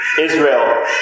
Israel